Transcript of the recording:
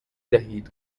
دهید